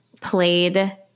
played